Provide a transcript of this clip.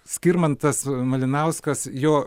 skirmantas malinauskas jo